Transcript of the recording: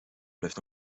blijft